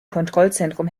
kontrollzentrum